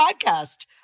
podcast